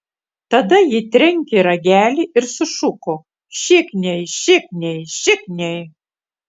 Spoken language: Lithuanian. tada ji trenkė ragelį ir sušuko šikniai šikniai šikniai